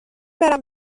برم